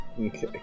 Okay